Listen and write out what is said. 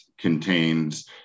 contains